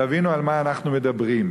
תבינו על מה אנחנו מדברים.